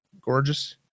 gorgeous